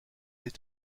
des